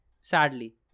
sadly